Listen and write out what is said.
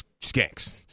skanks